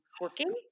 working